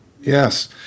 Yes